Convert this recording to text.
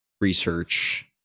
research